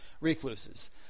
recluses